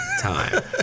time